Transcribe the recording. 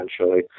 essentially